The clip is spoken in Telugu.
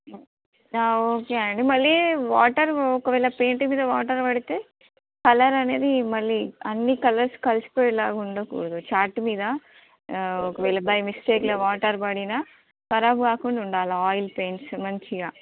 ఓకే అండి మళ్ళీ వాటర్ ఒకవేళ పెయింట్ మీద వాటర్ పడితే కలర్ అనేది మళ్ళీ అన్ని కలర్స్ కలిసిపోయేలాగా ఉండకూడదు చార్ట్ మీద ఒకవేళ బై మిస్టేక్ ఇలా వాటర్ పడనా ఖారాబ్ కాకుండా ఉండాలి ఆయిల్ పెయింట్స్ మంచిగా